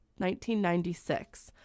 1996